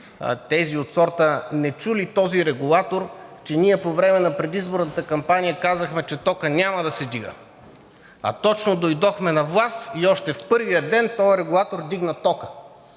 тези от сорта: „Не чу ли този регулатор, че ние по време на предизборната кампания казахме, че токът няма да се вдига, а точно дойдохме на власт и още в първия ден този регулатор вдигна тока?“